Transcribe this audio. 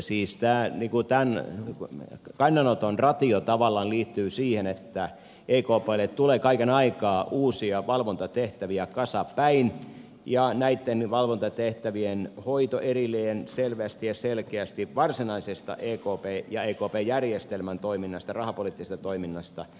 siis tämän kannanoton ratio tavallaan liittyy siihen että ekplle tulee kaiken aikaa uusia valvontatehtäviä kasapäin ja näitten valvontatehtävien hoito on syytä pitää erillään selvästi ja selkeästi varsinaisesta ekpn ja ekp järjestelmän toiminnasta rahapoliittisesta toiminnasta